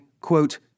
quote